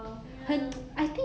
and I guess like